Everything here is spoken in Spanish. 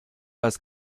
las